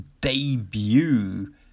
debut